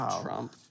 Trump